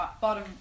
bottom